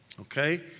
Okay